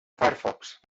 firefox